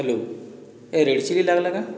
hello ଏ red chilli ଲାଗ୍ଲା କାଏଁ